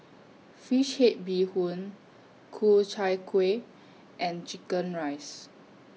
Fish Head Bee Hoon Ku Chai Kueh and Chicken Rice